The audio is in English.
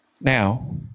Now